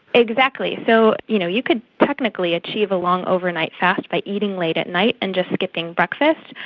exactly. so you know you could technically achieve a long overnight fast by eating late at night and just skipping breakfast.